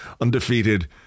undefeated